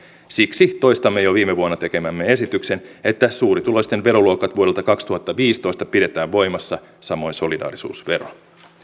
siksi toistamme jo viime vuonna tekemämme esityksen että suurituloisten veroluokat vuodelta kaksituhattaviisitoista pidetään voimassa samoin solidaarisuusvero